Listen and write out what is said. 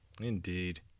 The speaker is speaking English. Indeed